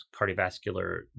cardiovascular